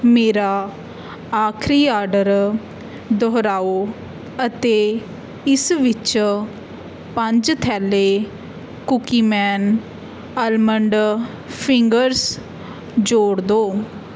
ਮੇਰਾ ਆਖਰੀ ਆਰਡਰ ਦੁਹਰਾਓ ਅਤੇ ਇਸ ਵਿੱਚ ਪੰਜ ਥੈਲੇ ਕੂਕੀ ਮੈਨ ਅਲਮੰਡ ਫਿੰਗਰਸ ਜੋੜ ਦਿਉ